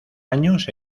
años